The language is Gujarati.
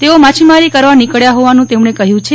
તેઓ માછીમારી કરવા નીકળ્યા હોવાનું તેમણે કહ્યું છે